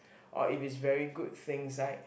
or if it's very good things like